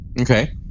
okay